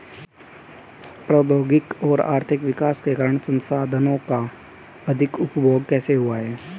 प्रौद्योगिक और आर्थिक विकास के कारण संसाधानों का अधिक उपभोग कैसे हुआ है?